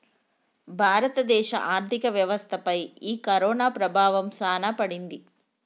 భారత దేశ ఆర్థిక వ్యవస్థ పై ఈ కరోనా ప్రభావం సాన పడింది